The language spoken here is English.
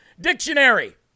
Dictionary